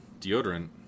deodorant